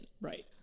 Right